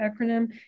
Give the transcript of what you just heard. acronym